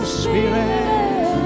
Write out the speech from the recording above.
spirit